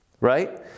right